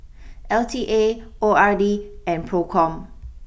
L T A O R D and Procom